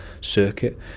circuit